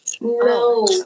No